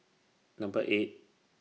Number eight